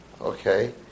Okay